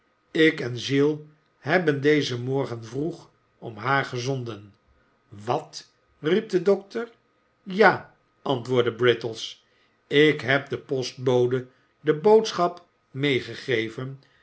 ik en giles hebben dezen morgen vroeg om haar gezonden wat riep de dokter ja antwoordde brittles ik heb den postbode de boodschap meegegeven